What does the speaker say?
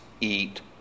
eat